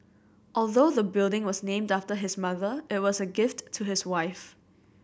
although the building was named after his mother it was a gift to his wife